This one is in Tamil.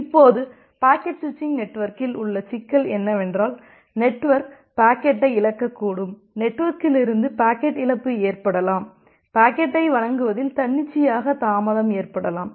இப்போது பாக்கெட் ஸ்விச்சிங் நெட்வொர்க்கில் உள்ள சிக்கல் என்னவென்றால் நெட்வொர்க் பாக்கெட்டை இழக்கக்கூடும் நெட்வொர்க்கிலிருந்து பாக்கெட் இழப்பு ஏற்படலாம் பாக்கெட்டை வழங்குவதில் தன்னிச்சையாக தாமதம் ஏற்படலாம்